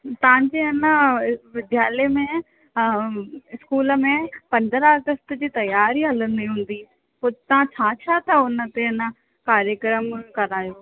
तव्हां जे अञा विद्यालय में स्कूल में पंद्रहं अगस्त जी तयारी हलंदी हूंदी पोइ तव्हां छा छा था उन ते अञां कार्यक्रम करायो